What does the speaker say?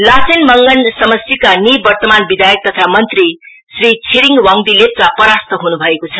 लाचेन मंगन समष्टिका निर्वतमान विधायक तथा मंत्री श्री छिरिङ बाङ्दी लेप्चा परास्त हुन् भएको छ